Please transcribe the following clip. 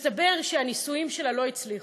מסתבר שהנישואים שלה לא הצליחו,